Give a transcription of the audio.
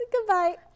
Goodbye